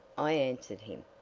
i answered him.